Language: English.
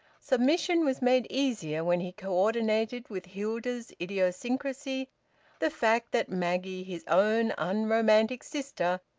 submission was made easier when he co-ordinated with hilda's idiosyncrasy the fact that maggie, his own unromantic sister,